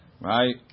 Right